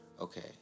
Okay